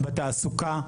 בתעסוקה,